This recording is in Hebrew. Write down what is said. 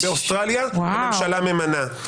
באוסטרליה הממשלה ממנה.